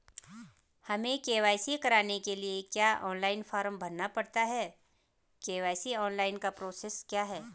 हमें के.वाई.सी कराने के लिए क्या ऑनलाइन फॉर्म भरना पड़ता है के.वाई.सी ऑनलाइन का प्रोसेस क्या है?